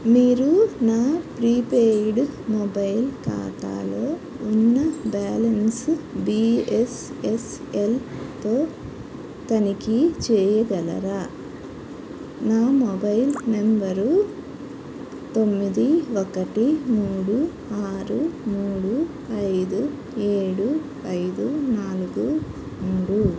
మీరు నా prepaid mobile ఖాతాలో ఉన్న బ్యాలెన్స్ బీ ఎస్ ఎస్ ఎల్తో తనిఖీ చేయగలరా నా మొబైల్ నెంబరు తొమ్మిది ఒకటి మూడు ఆరు మూడు ఐదు ఏడు ఐదు నాలుగు మూడు